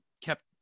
kept